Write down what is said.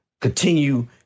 continue